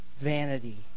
vanity